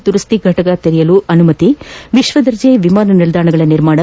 ದುರಸ್ಡಿ ಘಟಕ ತೆರೆಯಲು ಅನುಮತಿ ವಿಶ್ವದರ್ಜೆ ವಿಮಾನ ನಿಲ್ದಾಣಗಳ ನಿರ್ಮಾಣ